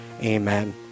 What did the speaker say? Amen